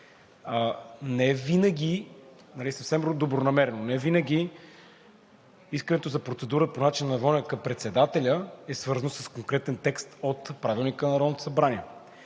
Невинаги, съвсем добронамерено, искането за процедура по начина на водене към председателя е свързано с конкретен текст от Правилника на Народното събрание,